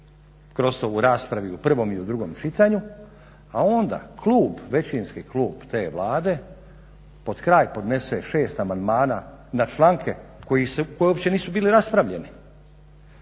kroz to u raspravi u prvom i u drugom čitanju a onda klub, većinski klub te Vlade pod kraj podnese 6 amandmana na članke koji uopće nisu bili raspravljeni.